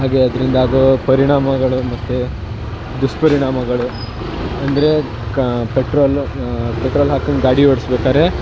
ಹಾಗೇ ಅದರಿಂದ ಆಗೋ ಪರಿಣಾಮಗಳು ಮತ್ತು ದುಷ್ಪರಿಣಾಮಗಳು ಅಂದರೆ ಕಾ ಪೆಟ್ರೋಲು ಪೆಟ್ರೋಲ್ ಹಾಕ್ಕಂಡು ಗಾಡಿ ಓಡ್ಸ್ಬೇಕಾದ್ರೆ